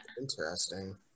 interesting